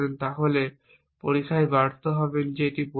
তাহলে পরীক্ষায় ব্যর্থ হবেন যে এটা বলবে